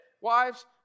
Wives